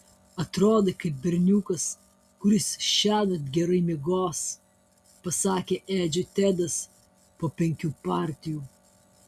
atrodai kaip berniukas kuris šiąnakt gerai miegos pasakė edžiui tedas po penkių partijų